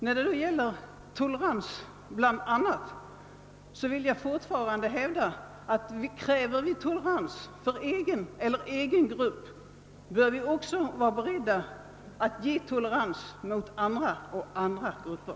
När det gäller frågan om tolerans la. vill jag fortfarande hävda att om i kräver tolerans för oss själva eller vår egen grupp, bör vi också vara beredda att visa tolerans mot andra individer och grupper.